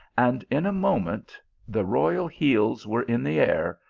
and in a moment the royal heels were in the air,